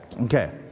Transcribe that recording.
okay